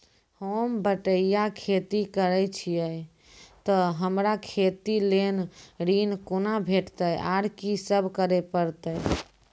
होम बटैया खेती करै छियै तऽ हमरा खेती लेल ऋण कुना भेंटते, आर कि सब करें परतै?